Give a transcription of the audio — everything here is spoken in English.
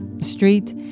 Street